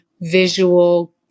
visual